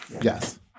Yes